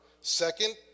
Second